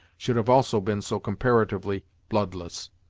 should have also been so comparatively bloodless.